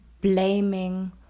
blaming